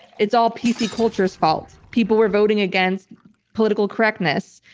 it's all p. c. cultures fault. people were voting against political correctness.